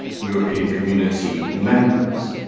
european community members.